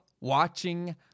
watching